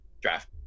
draft